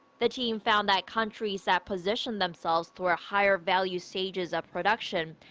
the team found that countries that position themselves toward higher-value stages of production,